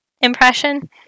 impression